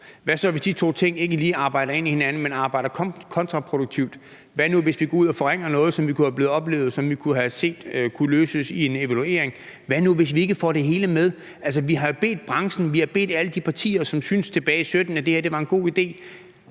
Hvad så hvis de to ting ikke lige arbejder sammen, men de arbejder kontraproduktivt? Hvad nu hvis vi går ud og forringer noget, som vi havde kunnet opleve kunne løses ved en evaluering? Hvad nu hvis vi ikke får det hele med? Vi har jo sagt til branchen, og vi har sagt til alle de partier, som tilbage i 2017 syntes, at det her var en god idé,